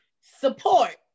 Support